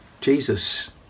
Jesus